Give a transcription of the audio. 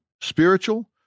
spiritual